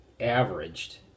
averaged